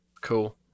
cool